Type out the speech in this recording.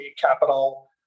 capital